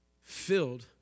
filled